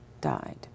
died